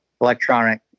electronic